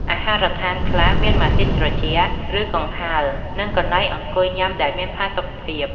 អាហារដ្ឋានខ្លះមានម៉ាស៊ីនត្រជាក់ ឬកង្ហារ និងកន្លែងអង្គុយញ៉ាំដែលមានផាសុខភាព។